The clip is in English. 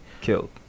killed